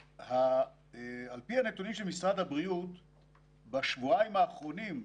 על פי הנתונים של משרד הבריאות בשבועיים האחרונים,